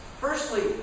Firstly